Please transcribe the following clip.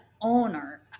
owner